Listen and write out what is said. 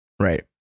right